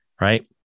Right